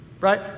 right